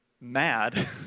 mad